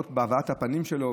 בהבעת הפנים שלו,